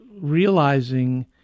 realizing